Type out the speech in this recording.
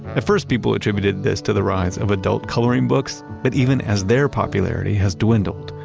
at first, people attributed this to the rise of adult coloring books, but even as their popularity has dwindled,